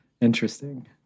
interesting